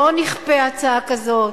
לא נכפה הצעה כזאת.